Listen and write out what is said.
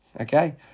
Okay